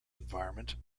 environment